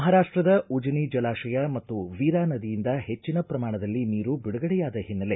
ಮಹಾರಾಷ್ಟದ ಉಜನಿ ಜಲಾಶಯ ಮತ್ತು ವೀರಾ ನದಿಯಿಂದ ಹೆಚ್ಚಿನ ಪ್ರಮಾಣದಲ್ಲಿ ನೀರು ಬಿಡುಗಡೆಯಾದ ಹಿನ್ನೆಲೆ